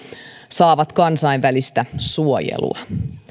saavat kansainvälistä suojelua